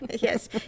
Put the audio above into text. Yes